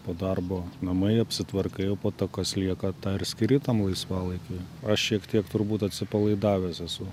po darbo namai apsitvarkai o po to kas lieka tą ir skiri tam laisvalaikiui aš šiek tiek turbūt atsipalaidavęs esu